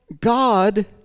God